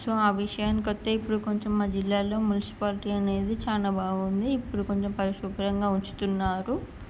so ఆ విషయానికి వస్తే ఇప్పుడు కొంచెం మా జిల్లాలో మున్సిపాలిటీ అనేది చాలా బాగుంది ఇప్పుడు కొంచెం పరిశుభ్రంగా ఉంచుతున్నారు